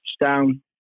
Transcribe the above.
down